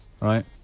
Right